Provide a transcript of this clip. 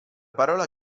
parola